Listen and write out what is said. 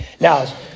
Now